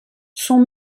son